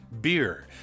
Beer